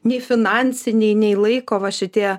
nei finansiniai nei laiko va šitie